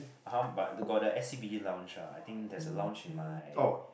(uh huh) but the got the S_C_B_C lounge ah I think there's a lounge in my